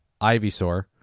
Ivysaur